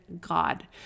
God